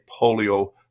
polio